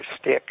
stick